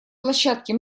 площадке